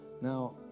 now